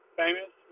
famous